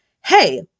hey